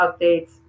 updates